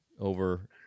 over